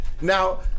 Now